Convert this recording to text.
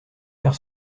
faire